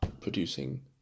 producing